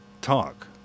talk